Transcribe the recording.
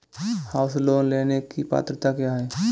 House loan लेने की पात्रता क्या है?